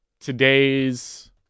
today's